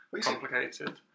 Complicated